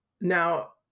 Now